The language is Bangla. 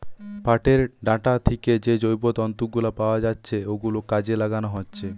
পাটের ডাঁটা থিকে যে জৈব তন্তু গুলো পাওয়া যাচ্ছে ওগুলো কাজে লাগানো হচ্ছে